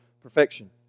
perfection